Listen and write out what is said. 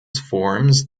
forms